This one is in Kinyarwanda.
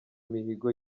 mihigo